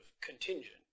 contingent